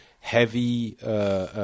heavy